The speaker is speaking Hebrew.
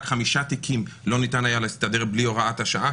חמישה תיקים לא ניתן היה להסתדר בלי הוראת שעה,